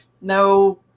No